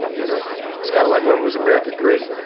you know it's kind of like, when was america great?